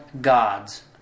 gods